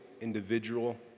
individual